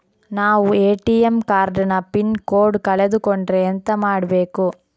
ನಾವು ATM card ನ pin code ಕಳೆದು ಕೊಂಡ್ರೆ ಎಂತ ಮಾಡ್ಬೇಕು?